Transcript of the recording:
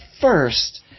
first